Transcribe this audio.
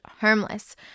homeless